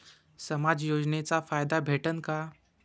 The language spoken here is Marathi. समाज योजनेचा फायदा भेटन का?